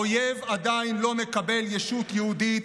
האויב עדיין לא מקבל ישות יהודית,